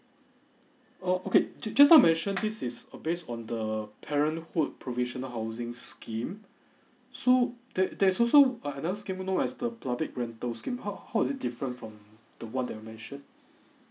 oh okay you just now mention this is uh based on the parenthood provisional housing scheme so there there's also uh another scheme known as the public rental scheme how how is it different from the one that you mention